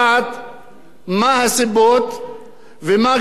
ומה גרם לכך, המטרה,